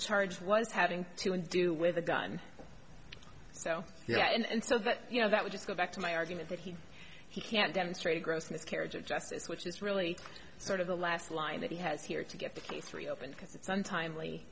charge was having to do with a gun so yeah and so that you know that would just go back to my argument that he he can demonstrate gross miscarriage of justice which is really sort of the last line that he has here to get the case reopened because it's untimely